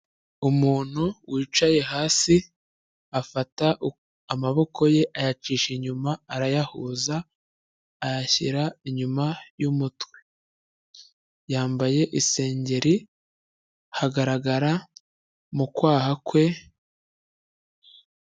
Umuntu wicaye hasi, afata amaboko ye ayacisha inyuma, arayahuza, ayashyira inyuma y'umutwe. Yambaye isengeri, hagaragara mu kwaha kwe.